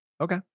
okay